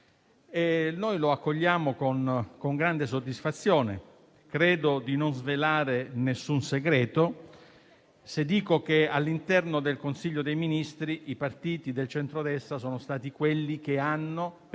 Lo accogliamo con grande soddisfazione. Credo di non svelare alcun segreto se dico che, all'interno del Consiglio dei ministri, i partiti del centrodestra sono stati quelli che, per